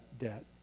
debt